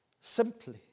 Simply